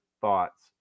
thoughts